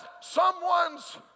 someone's